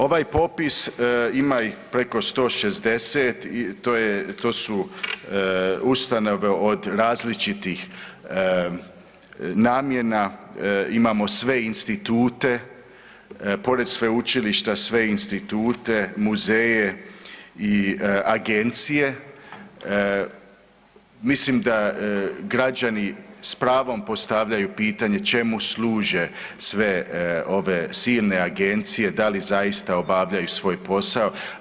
Ovaj popis ima ih preko 160 i to su ustanove od različitih namjena, imamo sve institute, pored sveučilišta sve institute, muzeje i agencije, mislim da građani s pravom postavljaju pitanje, čemu služe sve ove silne agencije, da li zaista obavljaju svoj posao.